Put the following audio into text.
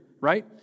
right